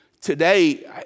today